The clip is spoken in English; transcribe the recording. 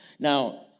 Now